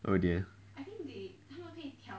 oh dear